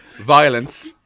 Violence